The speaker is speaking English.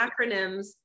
acronyms